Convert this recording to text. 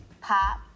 Pop